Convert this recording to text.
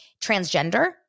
transgender